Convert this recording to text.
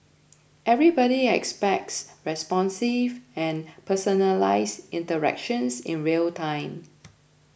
everybody expects responsive and personalised interactions in real time